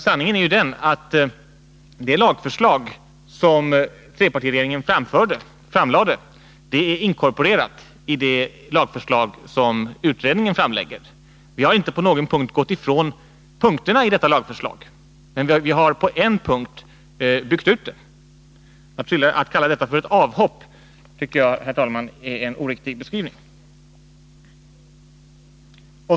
Sanningen är ju, att det lagförslag som trepartiregeringen framlade är inkorporerat i det lagförslag som utskottet framlägger. Vi har inte i något avseende gått ifrån punkterna i detta lagförslag, men vi har på en punkt byggt ut det. Att kalla detta för ett avhopp tycker jag, herr talman, är en oriktig beskrivning.